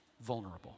vulnerable